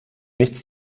nichts